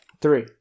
Three